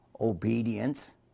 obedience